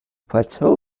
plateau